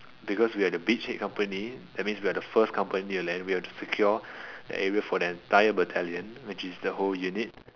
because we are the beach head company that means we are the first company to land we have to secure the area for the entire battalion which is the whole unit